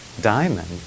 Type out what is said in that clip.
diamond